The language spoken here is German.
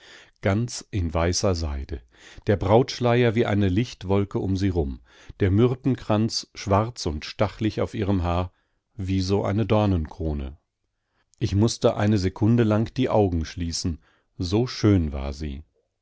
ganz in weißer seide der brautschleier wie eine lichtwolke um sie rum der myrtenkranz schwarz und stachlig auf ihrem haar wie so eine dornenkrone ich mußte eine sekunde lang die augen schließen so schön war sie